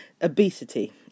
obesity